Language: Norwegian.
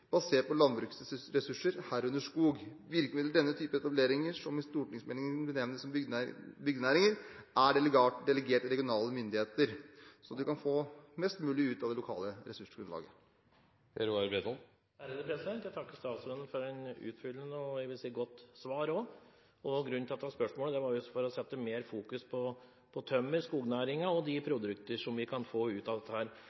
basert på landbrukets ressurser, herunder skog. Virkemidler til denne type etableringer, som i stortingsmeldingen benevnes som bygdenæringer, er delegert til regionale myndigheter, slik at en kan få mest mulig ut av det lokale ressursgrunnlaget. Jeg takker statsråden for et utfyllende og jeg vil si godt svar. Grunnen til dette spørsmålet var å sette mer fokus på tømmer, skognæringen og de